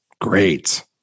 great